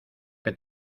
que